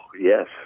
yes